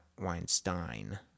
Weinstein